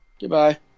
Goodbye